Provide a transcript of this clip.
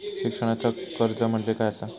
शिक्षणाचा कर्ज म्हणजे काय असा?